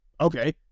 Okay